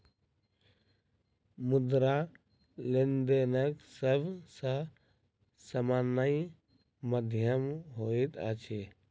मुद्रा, लेनदेनक सब सॅ सामान्य माध्यम होइत अछि